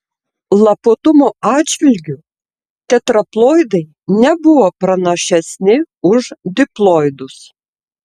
lapuotumo atžvilgiu tetraploidai nebuvo pranašesni už diploidus